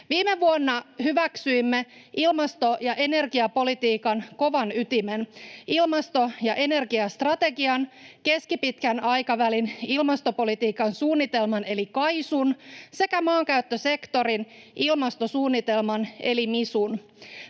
Viime vuonna hyväksyimme ilmasto- ja energiapolitiikan kovan ytimen, ilmasto- ja energiastrategian, keskipitkän aikavälin ilmastopo- litiikan suunnitelman eli KAISUn sekä maankäyttösektorin ilmastosuunnitelman eli MISUn.